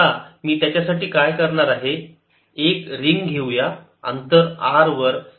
आता मी त्याच्यासाठी काय करणार आहे एक रिंग घेऊया अंतर r वर